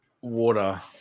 water